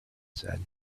said